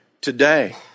today